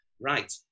Right